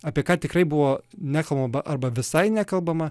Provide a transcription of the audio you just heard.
apie ką tikrai buvo nekalbama arba visai nekalbama